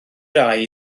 rai